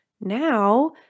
now